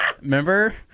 remember